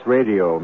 Radio